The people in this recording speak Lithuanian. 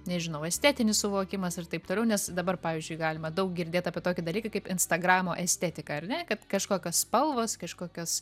nežinau estetinis suvokimas ir taip toliau nes dabar pavyzdžiui galima daug girdėt apie tokį dalyką kaip instagramo estetika ar ne kad kažkokios spalvos kažkokios